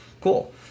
Cool